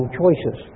choices